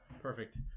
Perfect